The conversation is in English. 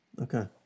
Okay